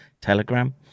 Telegram